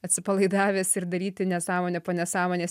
atsipalaidavęs ir daryti nesąmonė po nesąmonės